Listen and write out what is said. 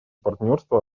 партнерства